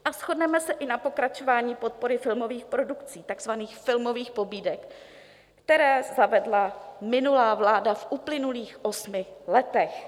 A shodneme se i na pokračování podpory filmových produkcí, takzvaných filmových pobídek, které zavedla minulá vláda v uplynulých osmi letech.